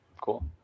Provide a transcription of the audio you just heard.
Cool